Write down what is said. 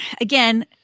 again